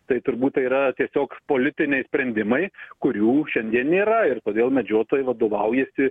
tai turbūt tai yra tiesiog politiniai sprendimai kurių šiandien nėra ir todėl medžiotojai vadovaujasi